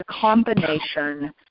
combination